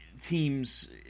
teams